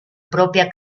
propia